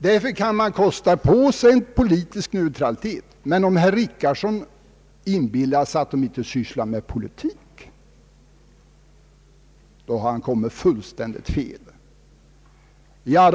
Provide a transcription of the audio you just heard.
Man kan därför kosta på sig politisk neutralitet, men om herr Richardson inbillar sig att dessa nya organisationer inte sysslar med politik, så vill jag framhålla att detta är fel.